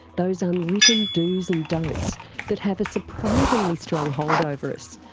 those unwritten do's and don'ts that have a surprisingly strong hold over us,